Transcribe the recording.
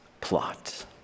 plot